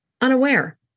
unaware